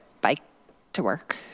bike-to-work